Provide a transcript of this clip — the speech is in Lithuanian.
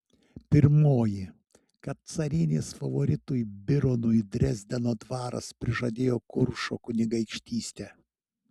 pirmoji kad carienės favoritui bironui dresdeno dvaras prižadėjo kuršo kunigaikštystę